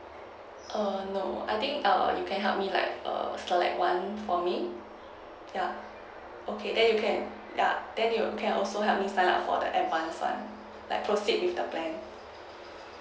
err no I think err you can help me like err install like one for me ya okay then you can ya then you can also help me sign up for the advance one like proceed with the plan